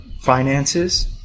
finances